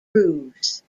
roofs